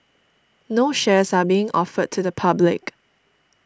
no shares are being offered to the public